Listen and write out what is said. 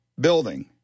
building